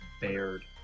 bared